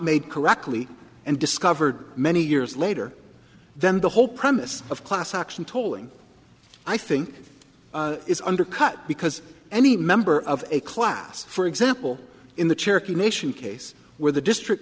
made correctly and discovered many years later then the whole premise of class action tolling i think is undercut because any member of a class for example in the cherokee nation case where the district